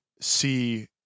see